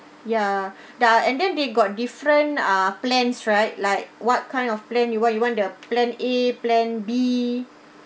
ya the ah and then they got different ah plans right like what kind of plan you want you want the plan A plan B